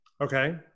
Okay